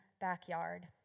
backyard